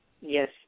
Yes